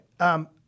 Okay